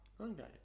Okay